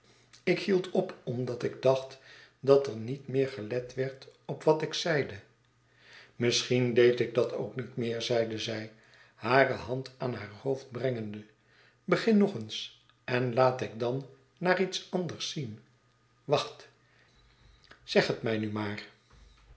ik hield op omdat ik dacht dat er niet meer gelet werd op wat ik zeide misschien deed ik dat ook niet meer zeide zij hare hand aan haar hoofd brengende begin nog eens en laat ik dan naar iets anders zien wacht zeg het mij nu maar